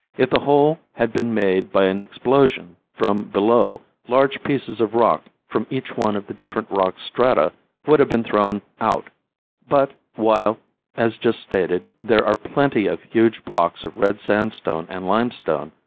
if the hole had been made by an explosion from below large pieces of rock from each one of the different rock strata would have been thrown out but, while as just stated, there are plenty of huge blocks of red sandstone and limestone,